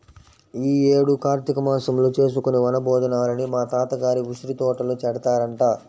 యీ యేడు కార్తీక మాసంలో చేసుకునే వన భోజనాలని మా తాత గారి ఉసిరితోటలో పెడతారంట